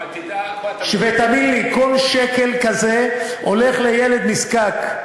אבל תדע, ותאמין לי, כל שקל כזה הולך לילד נזקק.